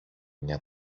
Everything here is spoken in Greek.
μια